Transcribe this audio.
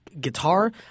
guitar